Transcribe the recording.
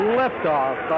liftoff